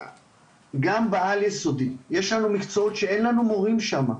גם בעל יסודי, יש לנו מקצועות שאין לנו מורים שם.